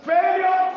Failure